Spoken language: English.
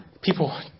People